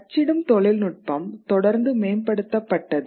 அச்சிடும் தொழில்நுட்பம் தொடர்ந்து மேம்படுத்தப்பட்டது